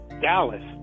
Dallas